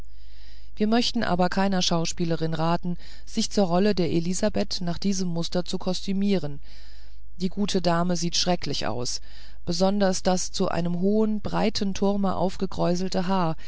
wir möchten aber keiner schauspielerin raten sich zur rolle der elisabeth nach diesem muster zu kostümieren die gute dame sieht schrecklich aus besonders das zu einem hohen breiten turme aufgekräuselte haar